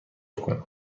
کنم